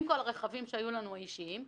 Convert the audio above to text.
עם כל הרכבים האישיים שהיו לנו,